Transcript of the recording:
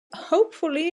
hopefully